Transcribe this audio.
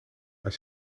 als